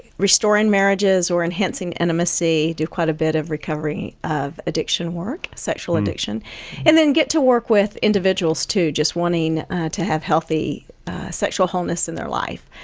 restoring marriages or enhancing intimacy. do quite a bit of recovery of addiction work sexual addiction and then get to work with individuals too, just wanting to have healthy sexual wholeness in their life.